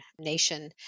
nation